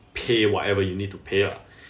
pay whatever you need to pay ah